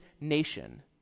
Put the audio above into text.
nation